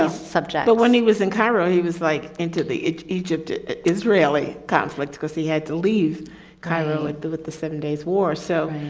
ah subject. but when he was in cairo, he was like, into the egypt israeli conflict because he had to leave cairo with the with the seven-day war. so,